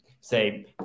say